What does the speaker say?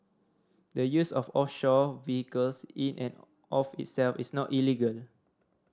the use of offshore vehicles in and of itself is not illegal